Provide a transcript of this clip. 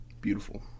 Beautiful